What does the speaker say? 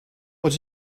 what